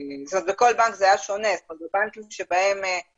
בכל בנק זה היה שונה אבל בבנקים שבהם